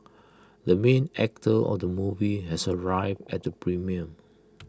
the main actor of the movie has arrived at the premiere